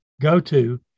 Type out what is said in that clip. go-to